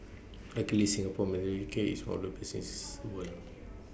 luckily Singapore's maternity care is one of the things world